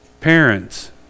Parents